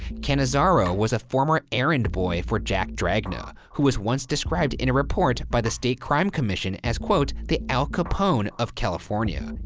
cannizzaro was a former errand boy for jack dragna, who was once described in a report by the state crime commission as quote, the al capone of california, and